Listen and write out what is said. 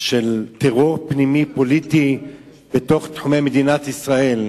טרור פנימי פוליטי בתוך תחומי מדינת ישראל.